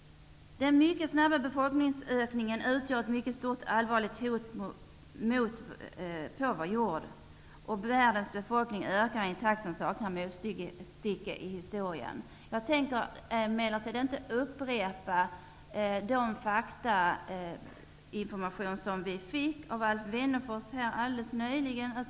Den mycket snabba befolkningsökningen utgör ett mycket stort och allvarligt hot på vår jord. Världens befolkning ökar i en takt som saknar motstycke i historien. Jag tänker inte upprepa den information som vi nyss fick av Alf Wennerfors.